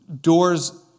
doors